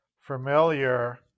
familiar